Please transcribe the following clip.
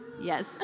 Yes